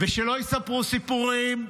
שלא יספרו סיפורים.